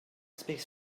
speaks